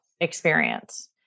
experience